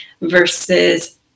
versus